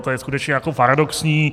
To je skutečně jako paradoxní.